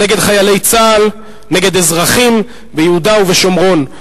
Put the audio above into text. נגד חיילי צה"ל, נגד אזרחים ביהודה ושומרון.